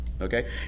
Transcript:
okay